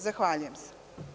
Zahvaljujem se.